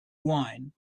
wine